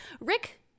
Rick